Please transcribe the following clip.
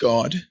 God